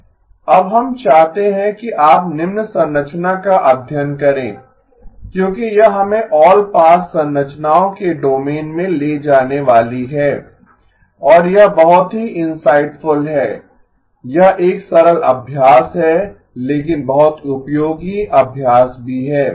अब हम चाहते हैं कि आप निम्न संरचना का अध्ययन करें क्योंकि यह हमें ऑल पास संरचनाओं के डोमेन में ले जाने वाली है और यह बहुत ही इनसाइटफुल है यह एक सरल अभ्यास है लेकिन बहुत उपयोगी अभ्यास भी है